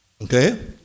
Okay